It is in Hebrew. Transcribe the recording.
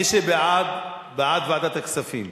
מי שבעד, בעד ועדת הכספים.